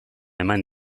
eman